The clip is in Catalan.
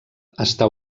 està